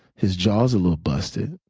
his jaw's a little busted.